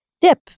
dip